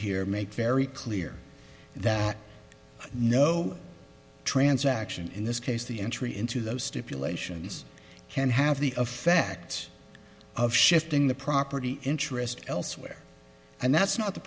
here make very clear that no transaction in this case the entry into those stipulations can have the affects of shifting the property interest elsewhere and that's not the